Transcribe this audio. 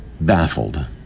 baffled